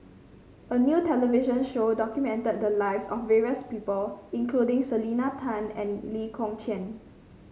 a new television show documented the lives of various people including Selena Tan and Lee Kong Chian